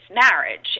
marriage